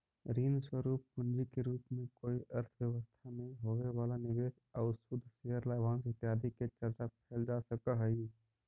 ऋण स्वरूप पूंजी के रूप में कोई अर्थव्यवस्था में होवे वाला निवेश आउ शुद्ध शेयर लाभांश इत्यादि के चर्चा कैल जा सकऽ हई